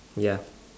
ya